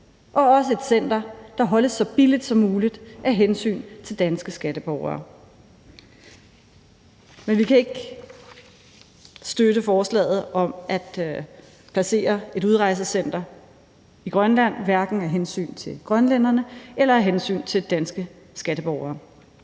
det også er et center, der holdes så billigt som muligt af hensyn til danske skatteborgere. Men vi kan ikke støtte forslaget om, at der placeres et udrejsecenter i Grønland, både af hensyn til grønlænderne og af hensyn til danske skatteborgere.